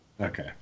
okay